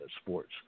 sports